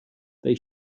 they